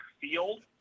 field